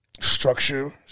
Structure